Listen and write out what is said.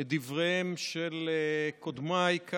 את דבריהם של קודמיי.